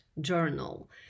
journal